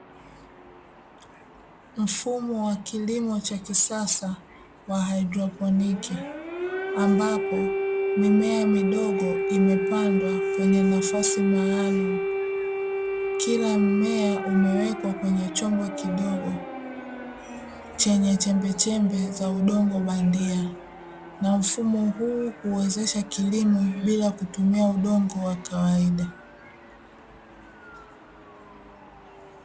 Mfumo wa kilimo cha kisasa wa haidroponi ambapo mimea midogo imepandwa kwenye nafasi maalumu. Kila mmea umewekwa kwenye chombo kidogo chenye chembe chembe za udongo bandia na mfumo huu, huwezesha kilimo bila kutumia udongo wa kawaida.